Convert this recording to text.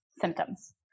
symptoms